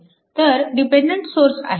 तर dependent source आहे